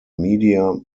media